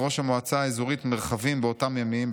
ראש המועצה האזורית מרחבים באותם ימים,